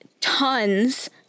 tons